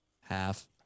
half